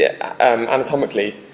anatomically